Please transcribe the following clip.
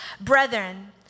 Brethren